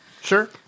Sure